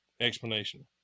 explanation